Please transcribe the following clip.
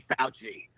Fauci